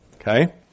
Okay